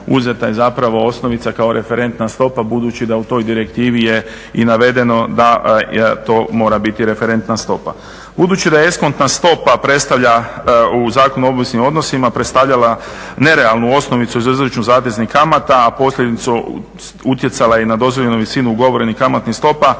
uzeta je zapravo osnovica kao referentna stopa budući da u toj direktivi je i navedeno da to mora biti referentna stopa. Budući da je eskontna stopa u Zakonu o obveznim odnosima predstavljala nerealnu osnovicu za izračun zateznih kamata, a posljedično utjecala i na dozvoljenu visinu ugovorenih kamatnih stopa,